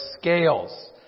scales